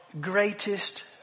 greatest